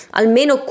almeno